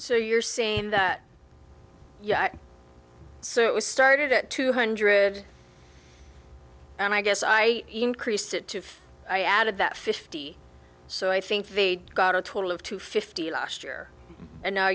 so you're saying yeah so it was started at two hundred and i guess i increased it to if i added that fifty so i think they got a total of two fifty last year and now